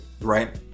right